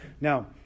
Now